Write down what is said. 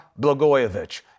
Blagojevich